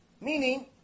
Meaning